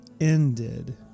ended